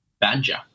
Badger